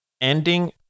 ending